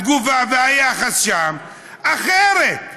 התגובה והיחס שם אחרים.